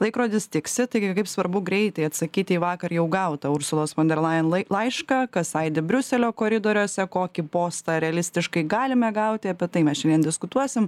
laikrodis tiksi taigi kaip svarbu greitai atsakyti į vakar jau gautą ursulos fonderlajen lai laišką kas aidi briuselio koridoriuose kokį postą realistiškai galime gauti apie tai mes šiandien diskutuosim